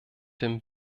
dem